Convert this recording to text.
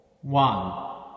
one